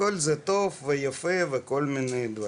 הכל טוב ויפה וכל מיני דברים,